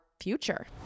future